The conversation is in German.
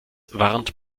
warnt